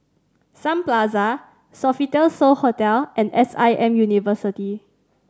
Sun Plaza Sofitel So Hotel and S I M University